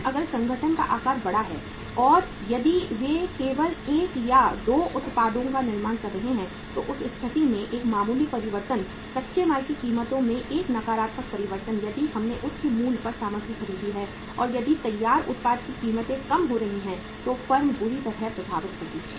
लेकिन अगर संगठन का आकार बड़ा है और यदि वे केवल एक या दो उत्पादों का निर्माण कर रहे हैं तो उस स्थिति में एक मामूली परिवर्तन कच्चे माल की कीमतों में एक नकारात्मक परिवर्तन यदि हमने उच्च मूल्य पर सामग्री खरीदी है और यदि तैयार उत्पाद की कीमतें कम हो जाती हैं तो फर्म बुरी तरह प्रभावित होगी